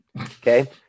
okay